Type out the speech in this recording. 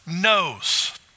knows